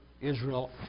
Israel